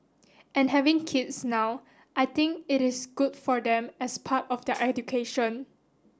and having kids now I think it is good for them as part of their education